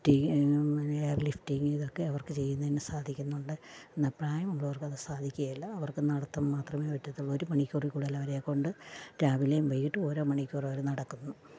lifting air lifting ഇതെക്കെ അവര്ക്ക് ചെയ്യുന്നതിന് സാധിക്കുന്നുണ്ട് എന്നാല് പ്രായമുള്ളവര്ക്കത് സാധിക്കുകയില്ല അവര്ക്ക് നടത്തം മാത്രമെ പറ്റത്തുള്ളൂ ഒരു മണിക്കൂറില് കൂടുതല് അവരെക്കൊണ്ട് രാവിലെയും വൈകിട്ടും ഓരോ മണിക്കൂറവര് നടക്കുന്നു